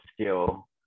skill